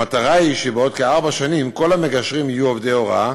המטרה היא שבעוד כארבע שנים כל המגשרים יהיו עובדי הוראה